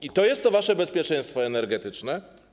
I to jest to wasze bezpieczeństwo energetyczne?